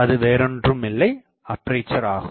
அது வேறொன்றுமில்லை அப்பேசர் ஆகும்